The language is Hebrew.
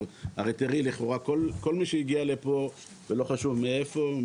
הרי תראי לכאורה כל מי שהגיע לפה ולא חשוב מאיפה,